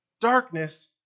Darkness